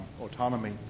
autonomy